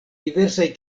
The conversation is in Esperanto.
diversaj